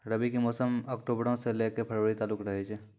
रबी के मौसम अक्टूबरो से लै के फरवरी तालुक रहै छै